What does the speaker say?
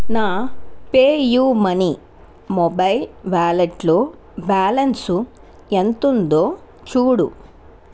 నా PayUmoney mobile వ్యాలేట్లో balance ఎంత ఉందో చూడు